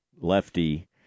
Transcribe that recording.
lefty